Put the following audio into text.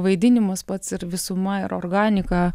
vaidinimas pats ir visuma ir organika